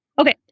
Okay